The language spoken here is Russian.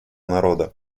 народа